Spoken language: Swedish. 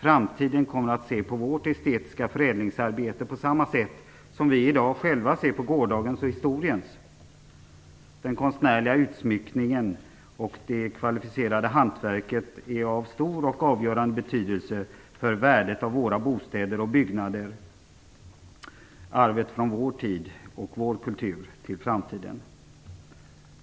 Framtiden kommer att se på vårt estetiska förädlingsarbete på samma sätt som vi i dag ser på gårdagens och historiens. Den konstnärliga utsmyckningen och det kvalificerade hantverket är av stor och avgörande betydelse för värdet av våra bostäder och byggnader. Det är arbete från vår tid och vår kultur till framtiden.